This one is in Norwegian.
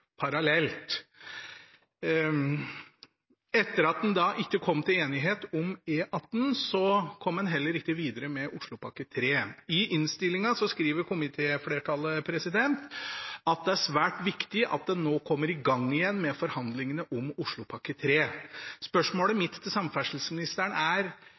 parallelt. Etter at man da ikke kom til enighet om E18, kom man heller ikke videre med Oslopakke 3. I innstillingen skriver komitéflertallet at det er «svært viktig» at en «nå kommer i gang igjen med forhandlingene om Oslopakke 3». Spørsmålet mitt til samferdselsministeren er: